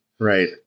Right